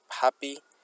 happy